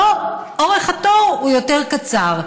שבו אורך התור הוא יותר קצר.